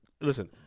listen